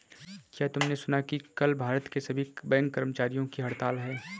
क्या तुमने सुना कि कल भारत के सभी बैंक कर्मचारियों की हड़ताल है?